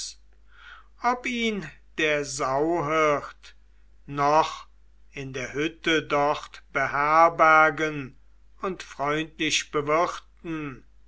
ob ihn der sauhirt noch in der hütte dort herbergen und freundlich bewirten